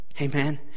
Amen